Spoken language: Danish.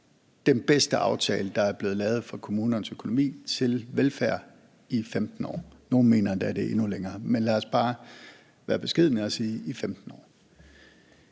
den bedste aftale, der er blevet lavet for kommunernes økonomi til velfærd i 15 år. Nogle mener endda, at det er i endnu længere tid, men lad os bare være beskedne og sige 15 år.